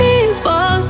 People